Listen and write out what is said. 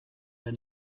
der